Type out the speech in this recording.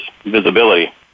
visibility